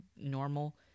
normal